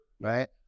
Right